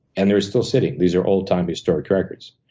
and they're still sitting. these are all time historic records.